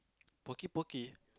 poky poky